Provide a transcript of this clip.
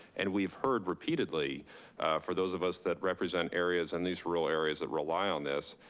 and we've heard repeatedly for those of us that represent areas and these rural areas that rely on this,